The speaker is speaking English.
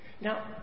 Now